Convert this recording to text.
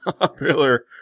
popular